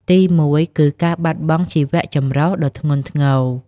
ទីមួយគឺ ការបាត់បង់ជីវចម្រុះ ដ៏ធ្ងន់ធ្ងរ។